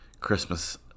Christmas